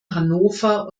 hannover